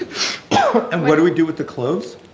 you know and what do we do with the cloves?